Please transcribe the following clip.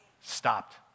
stopped